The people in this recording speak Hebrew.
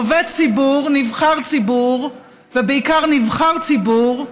עובד ציבור, ובעיקר נבחר ציבור,